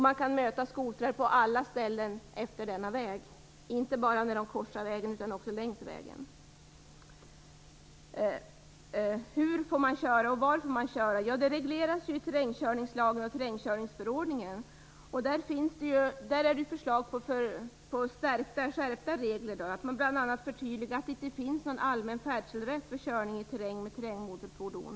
Man kan möta skotrar på alla ställen efter denna väg - inte bara när de korsar vägen utan också längs vägen. Hur och var man får köra regleras i terrängkörningslagen och terrängkörningsförordningen. Här finns nu förslag om att skärpa dessa regler. Bl.a. vill man förtydliga att det inte finns någon allmän färdselrätt för körning i terräng med terrängmotorfordon.